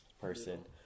person